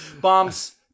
Bombs